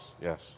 yes